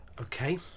Okay